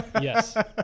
Yes